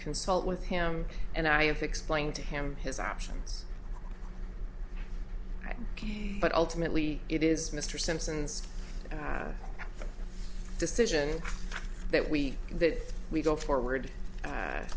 consult with him and i have explained to him his options but ultimately it is mr simpson's decision that we that we go forward